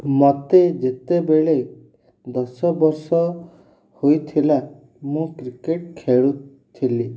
ମୋତେ ଯେତେବେଳେ ଦଶ ବର୍ଷ ହୋଇଥିଲା ମୁଁ କ୍ରିକେଟ୍ ଖେଳୁଥିଲି